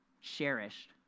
cherished